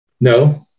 No